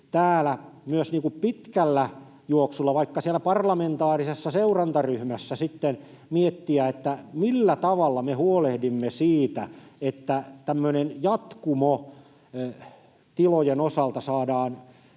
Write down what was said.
täällä myös pitkällä juoksulla, vaikka siellä parlamentaarisessa seurantaryhmässä sitten, miettiä, millä tavalla me huolehdimme siitä, että tämmöinen jatkumo tilojen osalta saadaan